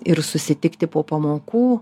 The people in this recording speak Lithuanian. ir susitikti po pamokų